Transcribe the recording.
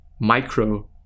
micro